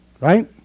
Right